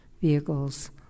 vehicles